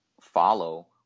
follow